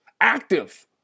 active